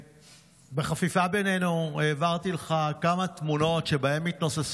בחפיפה בינינו העברתי לך כמה תמונות שבהן מתנוסס